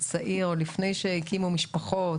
חיילי צה"ל מתגייסים גיוס חובה.